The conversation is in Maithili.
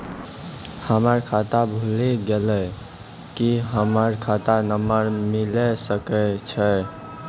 हमर खाता भुला गेलै, की हमर खाता नंबर मिले सकय छै?